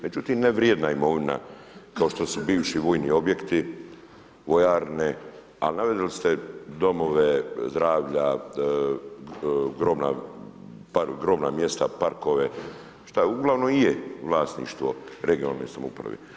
Međutim, ne vrijedna imovina kao što su bivši vojni objekti, vojarne, a naveli ste domove zdravlja, grobna mjesta, parkove šta uglavnom i je vlasništvo regionalne samouprave.